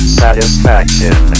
satisfaction